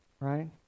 Right